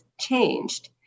changed